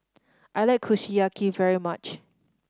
I like Kushiyaki very much